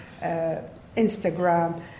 Instagram